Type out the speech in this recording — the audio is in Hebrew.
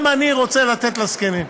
גם אני רוצה לתת לזקנים.